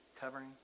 covering